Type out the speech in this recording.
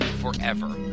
forever